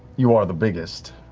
you are the biggest.